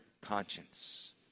conscience